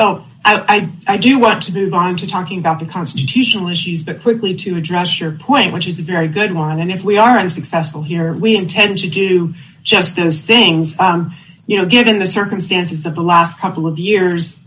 oath i do i do want to move on to talking about the constitutional issues that quickly to address your point which is a very good morning and if we aren't successful here we intend to do just as things on you know given the circumstances of the last couple of years